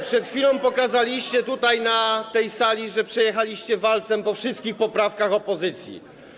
Przed chwilą pokazaliście tutaj, na tej sali, że przejechaliście walcem po wszystkich poprawkach opozycji.